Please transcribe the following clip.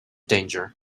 danger